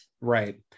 Right